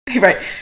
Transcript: Right